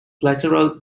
glycerol